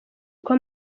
uko